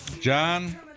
John